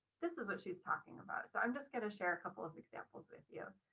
this is what she's talking about. so i'm just gonna share a couple of examples with you.